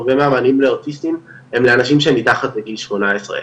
הרבה מהמענים לאוטיסטים הם לאנשים שהם מתחת לגיל 18,